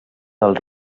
del